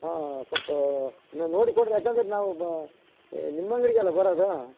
ಹಾಂ ಸ್ವಲ್ಪ ನೀವು ನೋಡಿ ಕೊಡಿರಿ ಯಾಕಂದರೆ ಇದು ನಾವು ಬ ಏ ನಿಮ್ಮ ಅಂಗಡಿಗೆ ಅಲ್ವ ಬರೋದು